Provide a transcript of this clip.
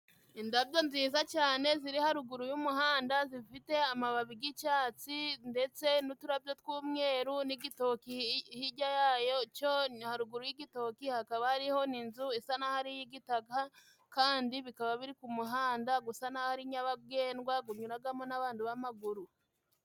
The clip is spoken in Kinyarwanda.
Indabyo nziza cyane ziri haruguru y'umuhanda zifite amababi g'icyatsi ndetse n'uturabyo tw'umweru n'igitoki hirya yayo cyo ni haruguru y'igitoki. Hakaba harihoho n'inzu isa n'aho ari iy'igitaka, kandi bikaba biri ku muhanda gusa n'aho ari nyabagendwa gunyuragamo n'abandu b'amaguru.